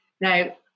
Now